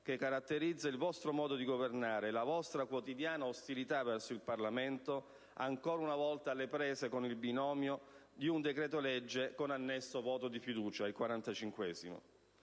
che caratterizza il vostro modo di governare e la vostra quotidiana ostilità verso il Parlamento ancora una volta alle prese con un decreto-legge con annesso voto di fiducia, il